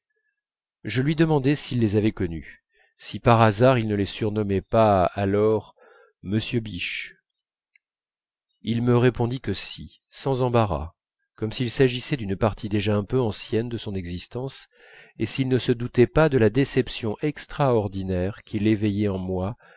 je lui demandai s'il les avait connus si par hasard ils ne le surnommaient pas alors m biche il me répondit que si sans embarras comme s'il s'agissait d'une partie déjà un peu ancienne de son existence et s'il ne se doutait pas de la déception extraordinaire qu'il éveillait en moi